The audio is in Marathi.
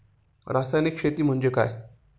रासायनिक शेती म्हणजे काय?